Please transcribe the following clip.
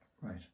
Right